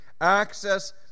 access